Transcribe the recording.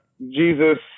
Jesus